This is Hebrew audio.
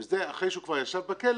וזה אחרי שהוא כבר ישב בכלא,